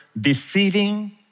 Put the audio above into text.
deceiving